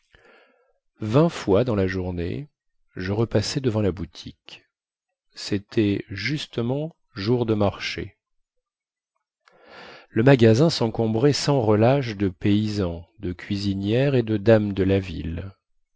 vingt fois dans la journée je repassai devant la boutique cétait justement jour de marché le magasin sencombrait sans relâche de paysans de cuisinières et de dames de la ville